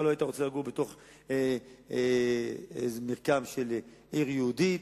אתה לא היית רוצה לגור באופן אישי בתוך מרקם של עיר יהודית,